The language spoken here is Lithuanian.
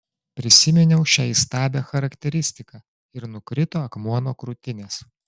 prisiminiau šią įstabią charakteristiką ir nukrito akmuo nuo krūtinės